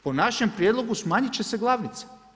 Po našem prijedlogu smanjiti će se glavnica.